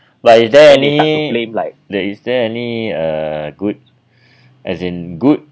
but is there any is there any uh good as in good